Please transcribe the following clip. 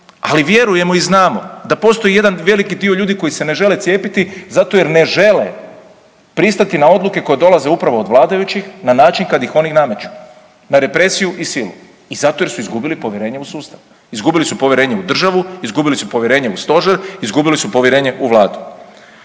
ali vjerujemo i znamo da postoji jedan veliki dio ljudi koji se ne žele cijepiti zato jer ne žele pristati na odluke koje dolaze upravo od vladajućih na način kad ih oni nameću, na represiju i silu i zato jer su izgubili povjerenje u sustav, izgubili su povjerenje u državu, izgubili su povjerenje u stožer, izgubili su povjerenje u vladu.